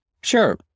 Sure